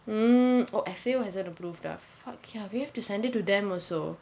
mm oh S_A_O hasn't approved ah the fuck ya we have to send it to them also